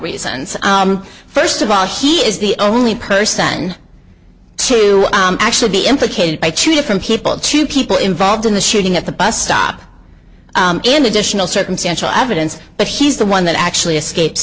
reasons first of all he is the only person to actually be implicated by two different people two people involved in the shooting at the bus stop and additional circumstantial evidence but he's the one that actually escapes